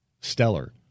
stellar